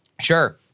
Sure